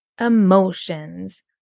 emotions